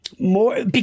More